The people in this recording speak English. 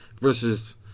versus